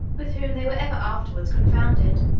with whom they were ever afterwards confounded.